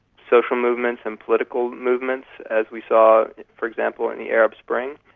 social movements and political movements, as we saw for example in the arab spring.